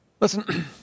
Listen